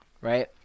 right